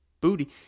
booty